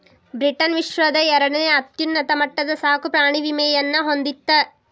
Britain ವಿಶ್ವದ ಎರಡನೇ ಅತ್ಯುನ್ನತ ಮಟ್ಟದ ಸಾಕುಪ್ರಾಣಿ ವಿಮೆಯನ್ನ ಹೊಂದಿತ್ತ